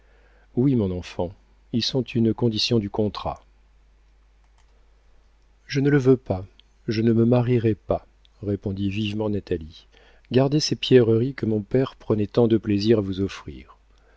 oui mon enfant ils sont une condition du contrat je ne le veux pas je ne me marierai pas répondit vivement natalie gardez ces pierreries que mon père prenait tant de plaisir à vous offrir